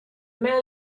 man